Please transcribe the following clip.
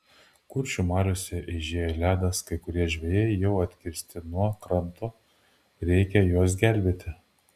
kuršių mariose eižėja ledas kai kurie žvejai jau atkirsti nuo kranto reikia juos gelbėti